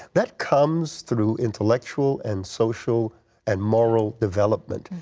that comes through intellectual and social and moral development.